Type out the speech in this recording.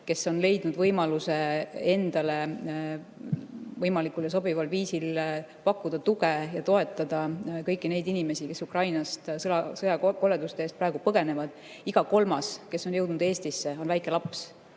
kes on leidnud võimaluse endale võimalikult sobival viisil pakkuda tuge ja toetada kõiki neid inimesi, kes Ukrainast sõjakoleduste eest praegu põgenevad. Iga kolmas, kes on jõudnud Eestisse, on väike laps.